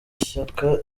ishyaka